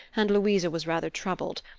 and louisa was rather troubled.